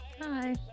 Hi